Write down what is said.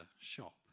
shop